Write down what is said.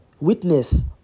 witness